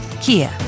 Kia